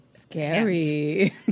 Scary